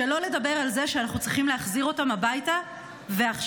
שלא לדבר על זה שאנחנו צריכים להחזיר אותם הביתה ועכשיו.